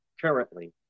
currently